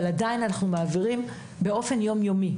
אבל עדיין אנחנו מעבירים באופן יום-יומי.